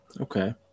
okay